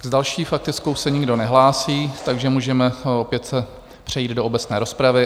S další faktickou se nikdo nehlásí, takže můžeme opět přejít do obecné rozpravy.